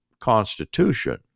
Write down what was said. constitution